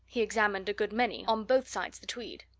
he examined a good many, on both sides the tweed.